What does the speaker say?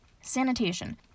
sanitation